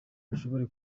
bashobore